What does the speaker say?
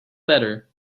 better